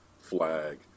flag